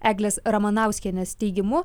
eglės ramanauskienės teigimu